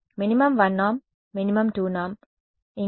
minimum 1 norm minimum 2 norm ఇంకేదో అది నా ఇష్టం